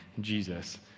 Jesus